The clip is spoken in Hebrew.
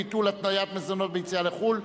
ביטול התניית מזונות ביציאה לחו"ל),